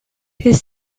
his